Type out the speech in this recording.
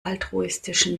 altruistischen